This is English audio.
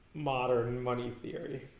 modern money theory